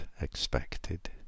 expected